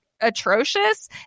atrocious